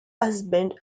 husband